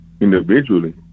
individually